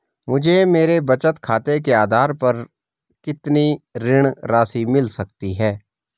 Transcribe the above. मुझे मेरे बचत खाते के आधार पर कितनी ऋण राशि मिल सकती है?